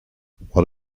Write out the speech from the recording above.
what